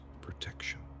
protection